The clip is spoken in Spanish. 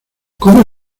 cómo